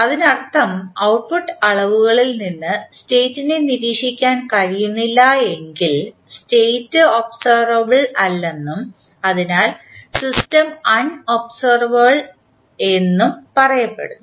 അതിനർത്ഥം ഔട്ട്പുട്ട് അളവുകളിൽ നിന്ന് സ്റ്റേറ്റ് നെ നിരീക്ഷിക്കാൻ കഴിയുന്നില്ലെങ്കിൽ സ്റ്റേറ്റ് ഒബ്സെർവബൽ അല്ലെന്നും അതിനാൽ സിസ്റ്റം അൺ ഒബ്സെർവബൽ എന്ന് പറയപ്പെടുന്നു